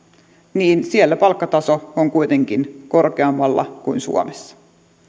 niin siellä palkkataso on kuitenkin korkeammalla kuin suomessa